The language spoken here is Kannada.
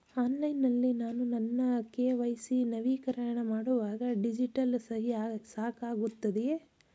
ಆನ್ಲೈನ್ ನಲ್ಲಿ ನಾನು ನನ್ನ ಕೆ.ವೈ.ಸಿ ನವೀಕರಣ ಮಾಡುವಾಗ ಡಿಜಿಟಲ್ ಸಹಿ ಸಾಕಾಗುತ್ತದೆಯೇ?